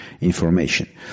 information